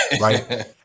Right